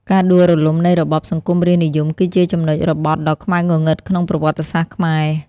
ការដួលរលំនៃរបបសង្គមរាស្រ្តនិយមគឺជាចំណុចរបត់ដ៏ខ្មៅងងឹតក្នុងប្រវត្តិសាស្ត្រខ្មែរ។